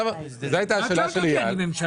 זו הייתה השאלה של אייל.